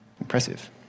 Impressive